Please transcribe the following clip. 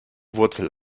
wurzel